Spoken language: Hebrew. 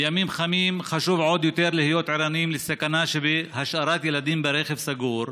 בימים חמים חשוב עוד יותר להיות ערניים לסכנה שבהשארת ילדים ברכב סגור.